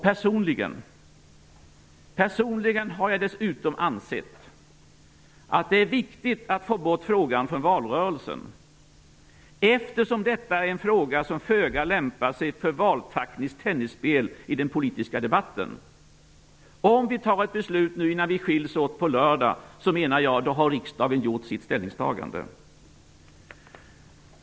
Personligen har jag dessutom ansett att det är viktigt att få bort frågan från valrörelsen, eftersom detta är en fråga som föga lämpar sig för valtaktiskt tennisspel i den politiska debatten. Om vi fattar ett beslut innan vi skiljs åt på lördag menar jag att riksdagen har gjort sitt ställningstagande.